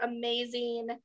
amazing